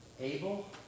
Abel